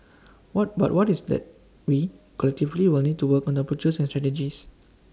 what but what is that we collectively will need to work on the approaches and strategies